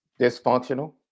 Dysfunctional